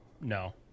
No